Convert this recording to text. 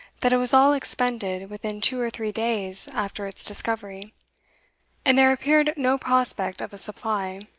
that it was all expended within two or three days after its discovery and there appeared no prospect of a supply.